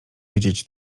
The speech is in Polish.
wiedzieć